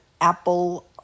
apple